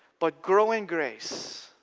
but grow in grace,